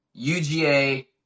UGA